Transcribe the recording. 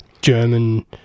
German